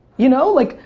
you know like,